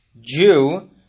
Jew